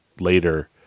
later